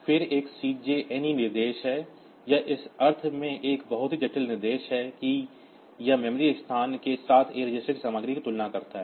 फिर एक CJNE निर्देश है यह इस अर्थ में एक बहुत ही जटिल निर्देश है कि यह मेमोरी स्थान के साथ A रजिस्टर की सामग्री की तुलना करता है